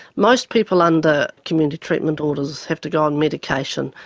most people under community treatment orders have to go on medication,